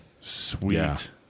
Sweet